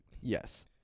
Yes